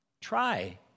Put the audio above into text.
Try